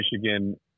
Michigan